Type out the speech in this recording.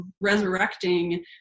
resurrecting